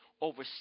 Over